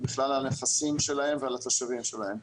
בכלל על הנכסים שלהם ועל התושבים שלהם.